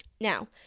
Now